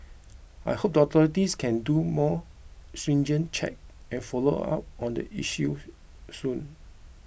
I hope the authorities can do more stringent checks and follow up on the issue soon